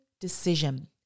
decision